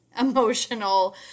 emotional